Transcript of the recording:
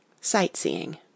Sightseeing